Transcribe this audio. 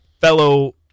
fellow